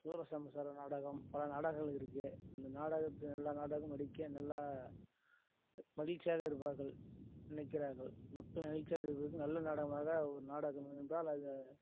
சூரசம்ஹார நாடகம் பல நாடகங்கள் இருக்கு அந்த நாடகத்து எல்லா நாடகமும் நடிக்க நல்லா மகிழ்ச்சியாக இருப்பார்கள் நினைக்கிறார்கள் மக்கள் மகிழ்ச்சியாக இருப்பதற்கு நல்ல நாடகமாக ஒரு நாடகம் வேண்டுமென்றால் அது